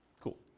Cool